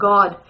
God